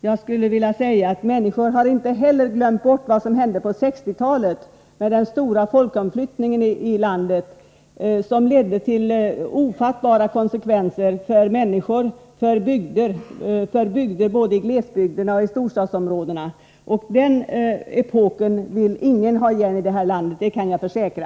Jag skulle vilja säga att människorna inte heller har glömt bort vad som hände på 1960-talet med den stora folkomflyttningen i landet, som ledde till ofattbara konsekvenser för människor och bygder både i glesbygdsområdena och i storstadsområdena. Den epoken villingen ha igen i det här landet — det kan jag försäkra.